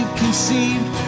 conceived